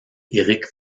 éric